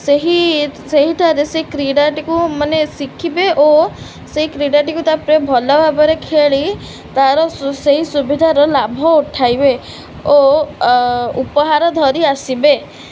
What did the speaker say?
ସେହି ସେହିଠାରେ ସେ କ୍ରୀଡ଼ାଟିକୁ ମାନେ ଶିଖିବେ ଓ ସେଇ କ୍ରୀଡ଼ାଟିକୁ ତାପରେ ଭଲଭାବରେ ଖେଳି ତାର ସେହି ସୁବିଧାର ଲାଭ ଉଠାଇବେ ଓ ଉପହାର ଧରି ଆସିବେ